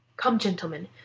come, gentlemen,